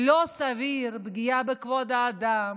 לא סביר, פגיעה בכבוד האדם,